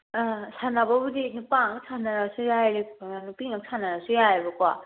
ꯁꯥꯟꯅꯕꯕꯨꯗꯤ ꯅꯨꯄꯥ ꯉꯥꯛꯇ ꯁꯥꯟꯅꯔꯁꯨ ꯌꯥꯏ ꯅꯨꯄꯤ ꯉꯥꯛꯇ ꯁꯥꯟꯅꯔꯁꯨ ꯌꯥꯏꯌꯦꯕꯀꯣ